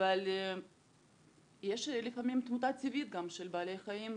אבל יש לפעמים תמותה טבעית של בעלי חיים.